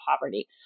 poverty